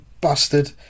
Bastard